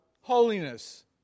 holiness